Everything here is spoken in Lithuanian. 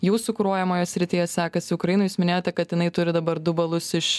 jūsų kuruojamoje srityje sekasi ukrainai jūs minėjote kad jinai turi dabar du balus iš